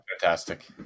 fantastic